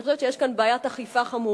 אני חושבת שיש כאן בעיית אכיפה חמורה.